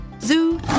zoo